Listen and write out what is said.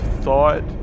thought